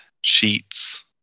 sheets